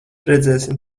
redzēsim